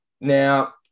Now